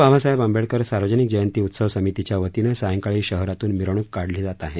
बाबासाहेब आंबेडकर सार्वजनिक जयंती उत्सव समितीच्या वतीनं सायंकाळी शहरातून मिरवणूक काढली जात आहे